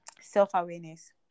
self-awareness